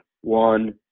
one